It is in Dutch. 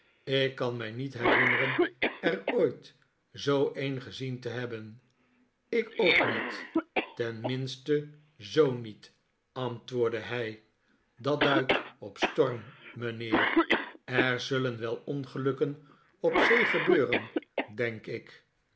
ik kan mij niet herinneren er ooit zoo een ge zien te hebben ik ook niet ten minste zoo niet antwoordde hij dat duidt op storm mijnheer er zullen wel ongelukken op zee gebeuren denk ik